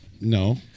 No